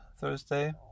Thursday